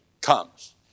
comes